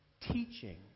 teaching